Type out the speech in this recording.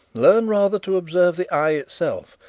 learn rather to observe the eye itself,